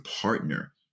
partner